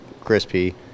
crispy